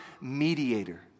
mediator